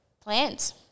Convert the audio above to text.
plans